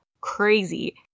crazy